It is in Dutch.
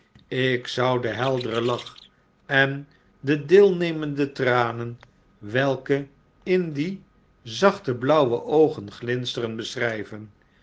ik zou den helderen lach en de deelnemende tranen welke in die zachte blauwe oogen glinsteren beschrijven